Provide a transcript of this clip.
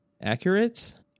accurate